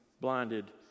blinded